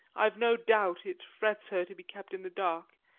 i've no doubt it frets her to be kept in the dark,